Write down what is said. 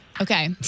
Okay